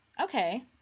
okay